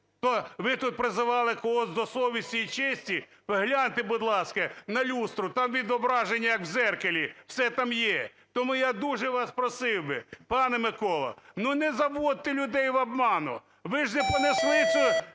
ви тут призивали когось до совісті і честі. Гляньте, будь ласка, на люстру там відображення як в дзеркалі, все там є. Тому я дуже вас просив би, пане Миколо, ну не заводьте людей в оману, ви ж не понесли цей